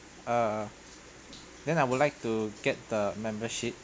uh then I would like to get the membership